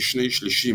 כשני שלישים,